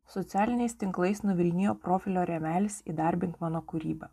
socialiniais tinklais nuvilnijo profilio rėmelis įdarbink mano kūrybą